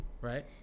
right